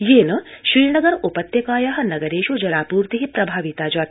येन श्रीनगर उपत्यकाया नगरेष् जलापूर्ति प्रभाविता जाता